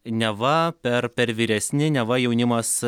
neva per per vyresni neva jaunimas